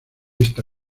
esta